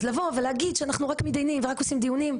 אז לבוא ולהגיד שאנחנו רק מתדיינים ורק עושים דיונים,